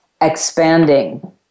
Expanding